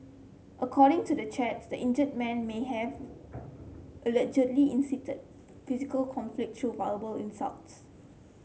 according to the chats the injured man may have allegedly incited physical conflict through verbal insults